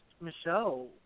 Michelle